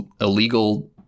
illegal